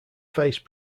face